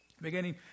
Beginning